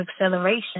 acceleration